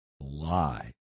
lie